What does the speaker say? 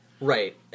Right